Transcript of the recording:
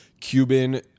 Cuban